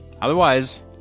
Otherwise